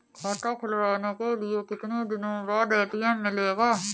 खाता खुलवाने के कितनी दिनो बाद ए.टी.एम मिलेगा?